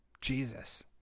Jesus